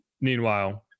meanwhile